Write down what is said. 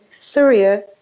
Syria